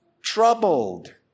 troubled